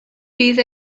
bydd